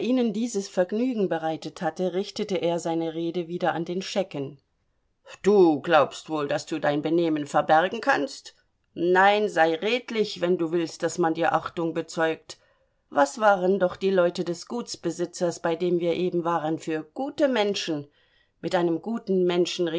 dieses vergnügen bereitet hatte richtete er seine rede wieder an den schecken du glaubst wohl daß du dein benehmen verbergen kannst nein sei redlich wenn du willst daß man dir achtung bezeugt was waren doch die leute des gutsbesitzers bei dem wir eben waren für gute menschen mit einem guten menschen